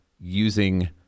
using